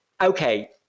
okay